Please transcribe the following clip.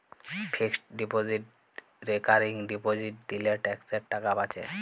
fixed deposit recurring deposit দিলে ট্যাক্সের টাকা বাঁচে